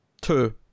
Two